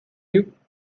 you